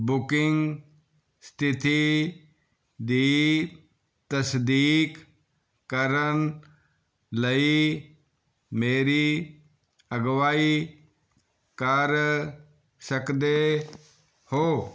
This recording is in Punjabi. ਬੁਕਿੰਗ ਸਥਿਤੀ ਦੀ ਤਸਦੀਕ ਕਰਨ ਲਈ ਮੇਰੀ ਅਗਵਾਈ ਕਰ ਸਕਦੇ ਹੋ